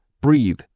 breathe